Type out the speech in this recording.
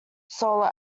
solo